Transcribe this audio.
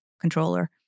controller